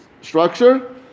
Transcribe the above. structure